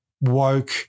woke